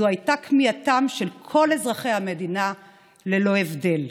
זו הייתה כמיהתם של כל אזרחי המדינה ללא הבדל.